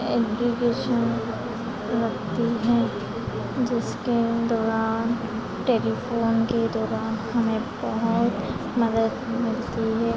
abbreviation रखती है जिसके दौरान टेलीफ़ोन के दौरान हमें बहुत मदद मिलती है